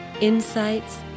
insights